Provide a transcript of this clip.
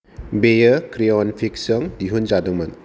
बेयो crayon picture जों दिहुन जादोंमोन